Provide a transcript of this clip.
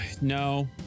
No